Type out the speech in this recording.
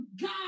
God